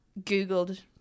googled